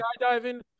skydiving